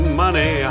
money